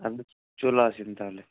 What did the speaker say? আপনি চলে আসুন তাহলে